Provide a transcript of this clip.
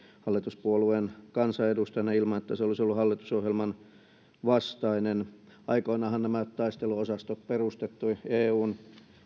hallituspuolueen kansanedustajana ilman että se olisi ollut ollut hallitusohjelman vastainen aikoinaanhan nämä taisteluosastot perustettiin eun